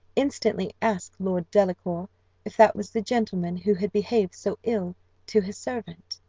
instantly asked lord delacour if that was the gentleman who had behaved so ill to his servant?